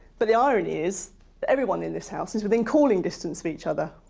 but the irony is that everyone in this house is within calling distance of each other.